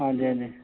ਹਾਂਜੀ ਹਾਂਜੀ